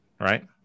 right